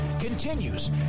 continues